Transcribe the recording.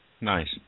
Nice